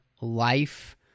life